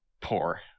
poor